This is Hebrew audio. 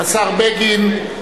השר בגין,